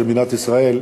של מדינת ישראל,